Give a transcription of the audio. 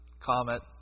comet